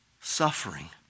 suffering